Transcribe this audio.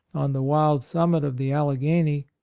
on the wild summit of the alleghany,